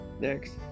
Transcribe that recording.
Next